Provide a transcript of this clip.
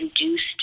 induced